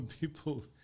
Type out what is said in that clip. People